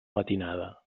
matinada